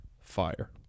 fire